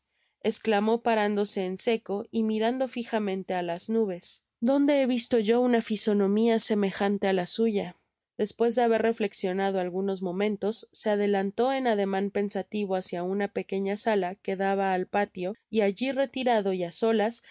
esclamó parándose en seco y mirando fijamente á las nubes dónde he visto yo una fisonomia semejante á la suya despues de haber reflecsionado algunos momentos se adelantó en ademan pensativo hacia una pequeña sala que daba al patio y alli retirado y á solas